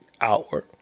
outward